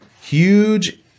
huge